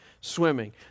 swimming